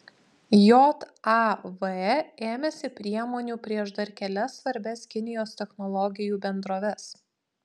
jav ėmėsi priemonių prieš dar kelias svarbias kinijos technologijų bendroves